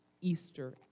Easter